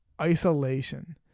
isolation